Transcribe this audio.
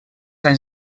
anys